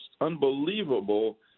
unbelievable